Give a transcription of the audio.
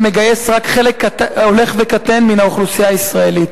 שמגייס רק חלק הולך וקטן מן האוכלוסייה הישראלית.